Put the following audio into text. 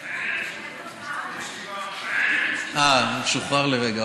שוחרר, אה, שוחרר לרגע.